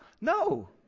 No